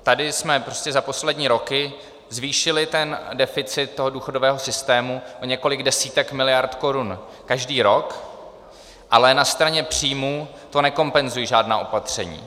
Tady jsme za poslední roky zvýšili deficit důchodového systému o několik desítek miliard korun každý rok, ale na straně příjmů to nekompenzují žádná opatření.